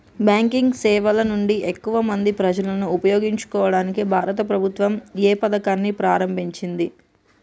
Banking సేవల నుండి ఎక్కువ మంది ప్రజలను ఉపయోగించుకోవడానికి భారత ప్రభుత్వం ఏ పథకాన్ని ప్రారంభించింది?